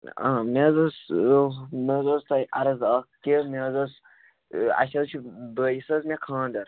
آ مےٚ حظ اوس مےٚ حظ اوس تۅہہِ عرض اَکھ کہِ مےٚ حظ اوس اَسہِ حظ چھِ بٲیِس حظ مےٚ خانٛدر